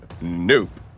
nope